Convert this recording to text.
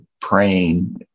praying